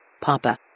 Papa